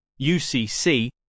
UCC